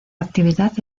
actividad